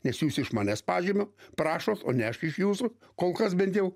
nes jūs iš manęs pažymio prašot o ne aš iš jūsų kol kas bent jau